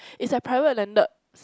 it's a private landed